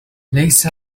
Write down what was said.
ليس